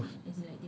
a new house